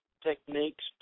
Techniques